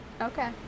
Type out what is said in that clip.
Okay